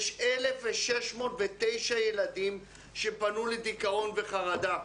יש 1,609 ילדים שפנו לדיכאון וחרדה.